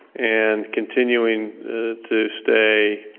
and continuing to stay,